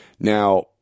Now